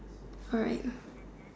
alright